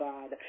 God